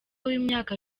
w’imyaka